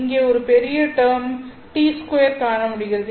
இங்கே ஒரு பெரிய டேர்ம் T2 கான முடிகிறது